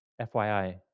FYI